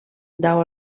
dau